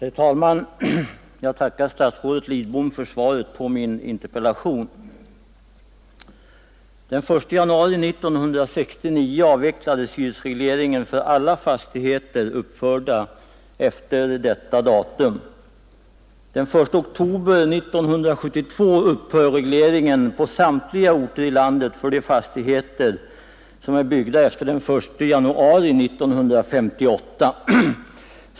Herr talman! Jag tackar statsrådet Lidbom för svaret på min interpellation. Den 1 januari 1969 avvecklades hyresregleringen för alla fastigheter uppförda efter detta datum. Den 1 oktober 1972 upphör regleringen på samtliga orter i landet för de fastigheter, som är byggda efter den 1 januari 1958.